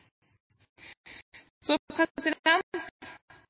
så nærmere på,